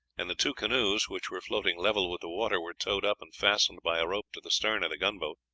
and the two canoes, which were floating level with the water, were towed up and fastened by a rope to the stern of the gunboat.